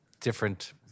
different